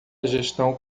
gestão